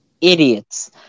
idiots